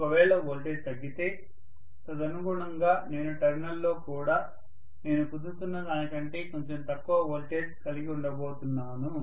ఒకవేళ వోల్టేజ్ తగ్గితే తదనుగుణంగా నేను టెర్మినల్లో కూడా నేను పొందుతున్న దానికంటే కొంచెం తక్కువ వోల్టేజ్ కలిగి ఉండబోతున్నాను